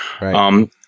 Right